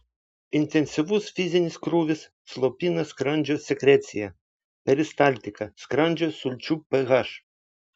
intensyvus fizinis krūvis slopina skrandžio sekreciją peristaltiką skrandžio sulčių ph